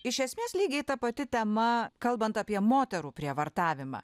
iš esmės lygiai ta pati tema kalbant apie moterų prievartavimą